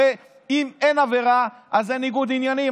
הרי אם אין עבירה אז אין ניגוד עניינים,